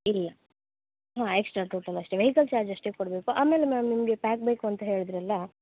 ಇಲ್ಲ ಹ್ಞೂ extra total ಅಷ್ಟೇ ವೆಹಿಕಲ್ ಚಾರ್ಜ್ ಅಷ್ಟೇ ಕೊಡಬೇಕು ಆಮೇಲೆ ಮ್ಯಾಮ್ ನಿಮಗೆ ಪ್ಯಾಕ್ ಬೇಕು ಅಂತ ಹೇಳಿದ್ರಲ್ಲ